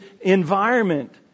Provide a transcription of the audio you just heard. environment